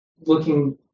looking